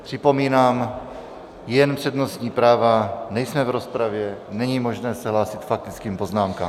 Připomínám, jen přednostní práva, nejsme v rozpravě, není možné se hlásit k faktickým poznámkám.